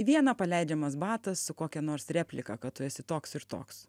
vieną paleidžiamas batas su kokia nors replika kad tu esi toks ir toks